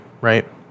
right